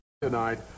Tonight